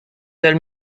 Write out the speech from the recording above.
tell